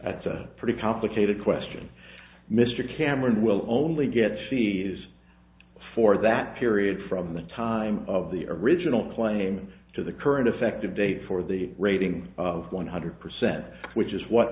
that's a pretty complicated question mr cameron will only get cs for that period from the time of the original claim to the current effective date for the rating of one hundred percent which is what